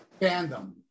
fandom